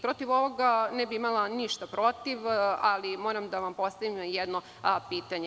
Protiv ovoga ne bih imala ništa protiv, ali moram da vam postavim jedno pitanje.